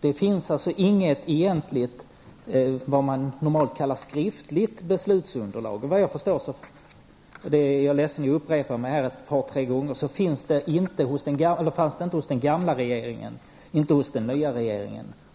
Det finns egentligen inget skriftligt beslutsunderlag, varken hos den gamla eller den nya regeringen. Jag är ledsen att behöva upprepa det. Inte heller förelåg det